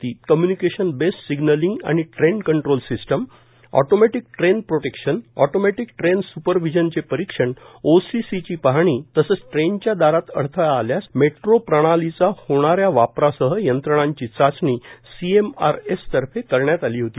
सदर दौऱ्यात communication based signalling आणि train control system automatic train protection automatic train सुपरविजनचे परीक्षण ओसीसीची पाहणी तसंच ट्रेनच्या दारात अडथळा आल्यास मेट्रो प्रणालीचा होणारा वापरासह यंत्रणाची चाचणी सीएमआरएस तर्फे करण्यात आली होती